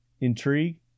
intrigue